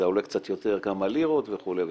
זה עולה קצת יותר כמה לירות וכו' וכו',